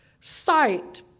sight